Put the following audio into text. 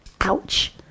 Ouch